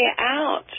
out